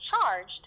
charged